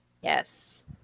Yes